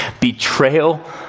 betrayal